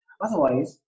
Otherwise